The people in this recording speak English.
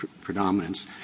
predominance